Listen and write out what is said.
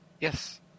Yes